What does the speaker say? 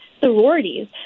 sororities